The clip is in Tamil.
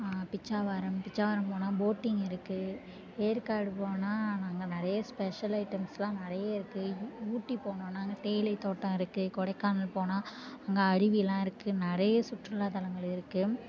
பிச்சாவரம் பிச்சாவரம் போனா போட்டிங் இருக்கு ஏற்காடு போனா அங்கங்கே நிறைய ஸ்பெஷல் ஐடம்ஸ்லாம் நிறைய இருக்கு யு ஊட்டி போனோன்னா அங்கே தேயிலை தோட்டம் இருக்கு கொடைக்கானல் போனா அங்கே அருவிலாம் இருக்கு நிறைய சுற்றுலாத்தலங்கள் இருக்கு